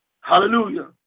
hallelujah